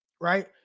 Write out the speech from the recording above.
right